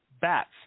bats